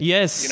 Yes